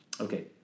Okay